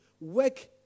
work